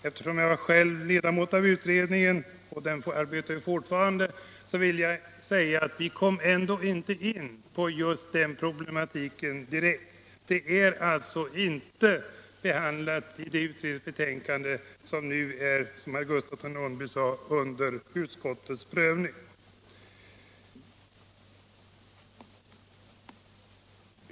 Eftersom jag själv är ledamot av utredningen, som fortfarande arbetar, vill jag tala om att vi inte kom in direkt på den problematiken. De frågorna är alltså inte behandlade i det utredningsbetänkande som nu, som herr Gustafsson i Ronneby sade, är under utskottets prövning.